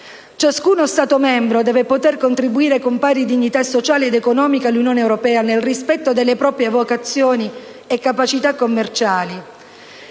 Ciascuno Stato membro deve poter contribuire con pari dignità sociale ed economica all'Unione europea nel rispetto delle proprie vocazioni e capacità commerciali.